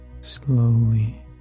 slowly